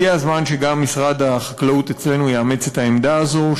הגיע הזמן שגם משרד החקלאות אצלנו יאמץ את העמדה הזו,